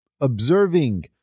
Observing